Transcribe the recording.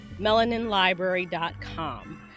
MelaninLibrary.com